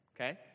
Okay